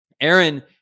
Aaron